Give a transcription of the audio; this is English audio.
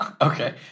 Okay